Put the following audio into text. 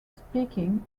speaking